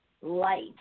light